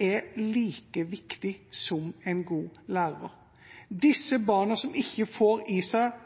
er like viktig som en god lærer. For disse barna som ikke får i seg